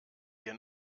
hier